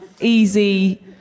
easy